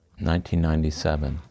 1997